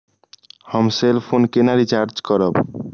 हम cell phone केना recharge करब?